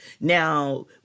Now